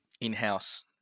in-house